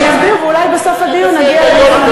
אני אסביר, ואולי בסוף הדיון נגיע למסקנה.